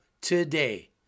today